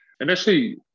initially